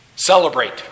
Celebrate